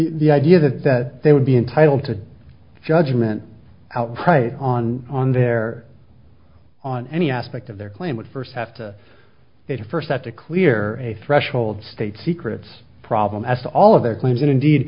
the idea that that they would be entitled to judgment out right on on their on any aspect of their claim would first have to it first have to clear a threshold state secrets problem as to all of their claims and indeed